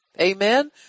Amen